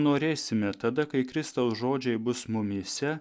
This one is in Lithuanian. norėsime tada kai kristaus žodžiai bus mumyse